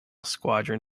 squadron